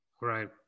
Right